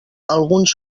alguns